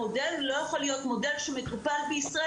המודל לא יכול להיות כזה שמטופל בישראל